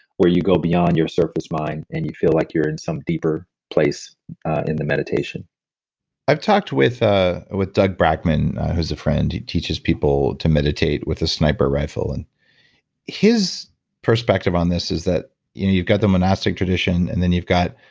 where you go beyond your surface mind and you feel like you're in some deeper place in the meditation i've talked with ah with doug brackman, who's a friend who teaches people to meditate with a sniper rifle. and his perspective on this is that you've got the monastic tradition and then you've got.